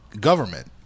government